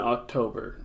October